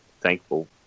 thankful